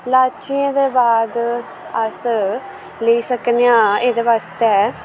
लाचियें दे बाद अस लेई सकने आं एह्दे बास्तै